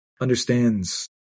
understands